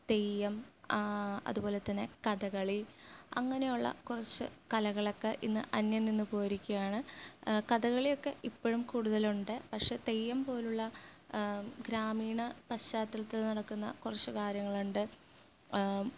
തെയ്യം അതുപോലെതന്നെ കഥകളി അങ്ങനെയുള്ള കുറച്ച് കലകളക്കെ ഇന്ന് അന്ന്യം നിന്നുപോയിരിക്കയാണ് കഥകളിയൊക്കെ ഇപ്പോഴും കൂടുതലുണ്ട് പക്ഷേ തെയ്യം പോലുള്ള ഗ്രാമീണ പശ്ചാത്തലത്തിൽ നടക്കുന്ന കുറച്ചുകാര്യങ്ങളുണ്ട്